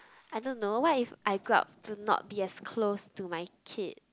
I don't know what if I grow up to not be as close to my kid